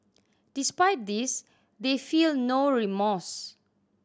despite this they feel no remorse